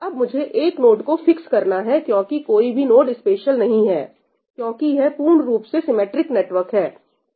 अब मुझे एक नोड को फिक्स करना है क्योंकि कोई भी नोड स्पेशल नहीं है क्योंकि यह पूर्ण रूप से सिमिट्रिक नेटवर्क है